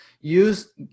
use